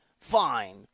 fine